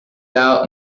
out